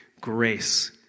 grace